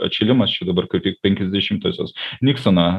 atšilimas čia dabar kaip tik penkiasdešimtosios niksono